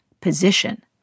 position